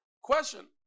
question